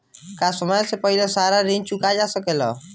का समय से पहले सारा ऋण चुकावल जा सकेला?